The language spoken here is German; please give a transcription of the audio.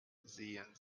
sehen